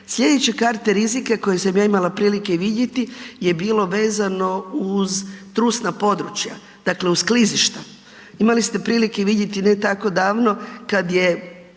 Slijedeće karte rizika koje sam ja imala prilike vidjeti je bilo vezano uz trusna područja dakle uz klizišta. Imali ste prilike vidjeti ne tako davno kad je